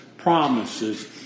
promises